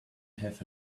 have